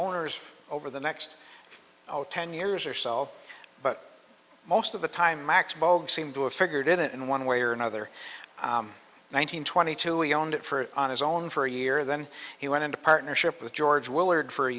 owners over the next oh ten years or so but most of the time max bogue seemed to have figured in it in one way or another one hundred twenty two we owned it for it on his own for a year then he went into partnership with george willard for a